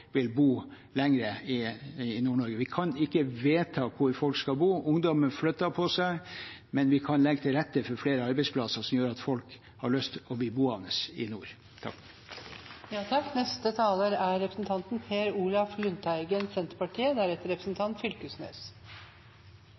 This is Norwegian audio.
bo lenger i Nord-Norge. Vi kan ikke vedta hvor folk skal bo. Ungdommen flytter på seg. Men vi kan legge til rette for flere arbeidsplasser som gjør at folk har lyst til å bli boende i nord.